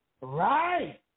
Right